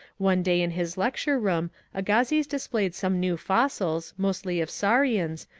one day in his lecture-room agassiz displayed some new fossils, mainly of saurians,